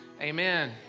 Amen